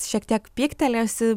šiek tiek pyktelėjusi